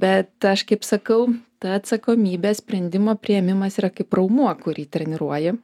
bet aš kaip sakau ta atsakomybė sprendimo priėmimas yra kaip raumuo kurį treniruoji